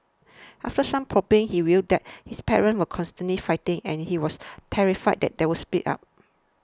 after some probing he revealed that his parents were constantly fighting and he was terrified that they would split up